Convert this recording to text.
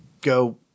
go